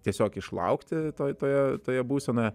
tiesiog išlaukti toj toje toje būsenoje